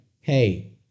hey